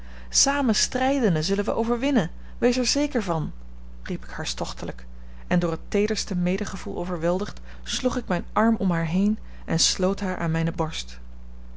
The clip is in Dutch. samen strijdende zullen wij overwinnen wees er zeker van riep ik hartstochtelijk en door het teederste medegevoel overweldigd sloeg ik mijn arm om haar heen en sloot haar aan mijne borst